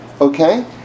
okay